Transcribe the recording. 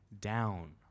down